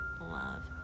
love